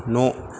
न'